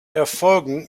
erfolgen